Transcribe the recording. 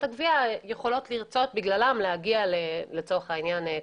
הגבייה יכולות להגיע בגללם לגביית קנסות.